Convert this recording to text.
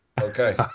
okay